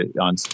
on